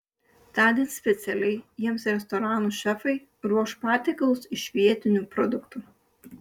tądien specialiai jiems restoranų šefai ruoš patiekalus iš vietinių produktų